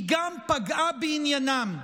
היא גם פגעה בעניינם.